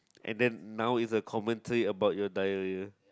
and then now is a commentary about your diarrhoea